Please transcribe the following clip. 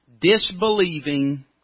Disbelieving